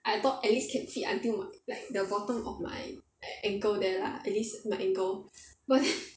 I thought at least can fit until like like the bottom of my ankle there lah at least my ankle but then